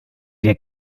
wir